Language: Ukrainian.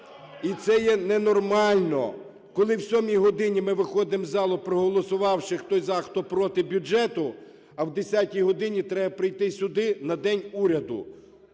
І це є ненормально! Коли в сьомій годині ми виходимо з залу, проголосувавши хто "за", а хтось "проти" бюджету, а в десятій годині треба прийти сюди на "день уряду".